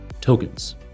tokens